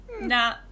Nah